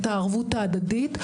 את הערבות ההדדית.